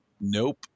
Nope